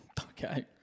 Okay